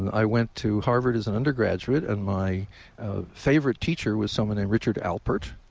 and i went to harvard as an undergraduate, and my favorite teacher was someone named richard aplert.